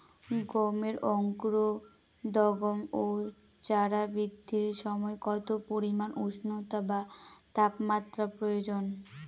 গমের অঙ্কুরোদগম ও চারা বৃদ্ধির সময় কত পরিমান উষ্ণতা বা তাপমাত্রা প্রয়োজন?